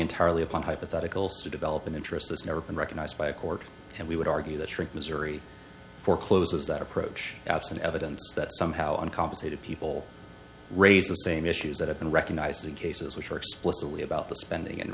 entirely upon hypotheticals to develop an interest that's never been recognized by a court and we would argue that shrink missouri for close of that approach absent evidence that somehow uncompensated people raise the same issues that have been recognized the cases which are explicitly about the spending and